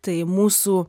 tai mūsų